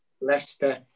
Leicester